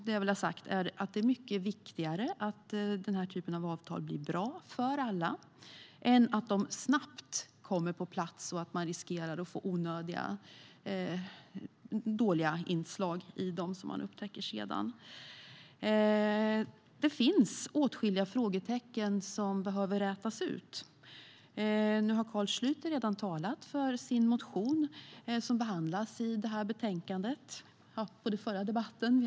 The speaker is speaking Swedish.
Det är mycket viktigare att den typen av avtal blir bra för alla än att de snabbt kommer på plats och i stället riskerar onödiga eller dåliga inslag som upptäcks senare. Det finns åtskilliga frågetecken som behöver rätas ut. Carl Schlyter har redan talat för sin motion, som behandlas i betänkandet, i den tidigare debatten.